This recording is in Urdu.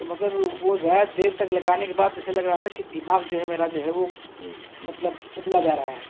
مگر وہ زائد دیر تک لگانے کے بعد جیسے لگ رہا تھا کہ دماغ جو ہے میرا جو ہے وہ مطلب اُبلا جا رہا ہے